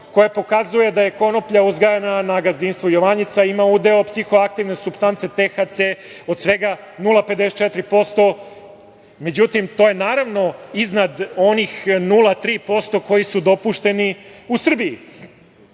koja pokazuje da je konoplja uzgajana na gazdinstvu „Jovanjica“ ima udeo psihoaktivne supstance THC od svega 0,54%. To je, naravno, iznad onih 0,3% koji su dopušteni u Srbiji.